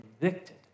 convicted